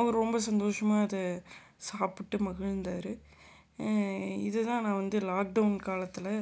அவர் ரொம்ப சந்தோஷமாக அதை சாப்பிட்டு மகிழ்ந்தார் இது தான் நான் வந்து லாக்டவுன் காலத்தில்